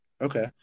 okay